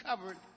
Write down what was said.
covered